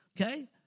okay